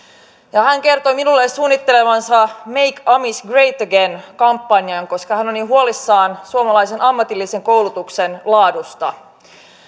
hän kertoi minulle suunnittelevansa make amis great again kampanjaa koska hän on niin huolissaan suomalaisen ammatillisen koulutuksen laadusta